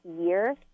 year